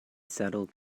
subtle